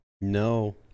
no